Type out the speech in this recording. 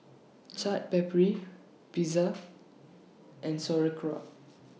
Chaat Papri Pizza and Sauerkraut